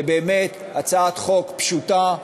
זאת באמת הצעת חוק פשוטה,